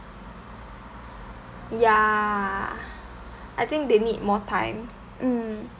ya I think they need more time mm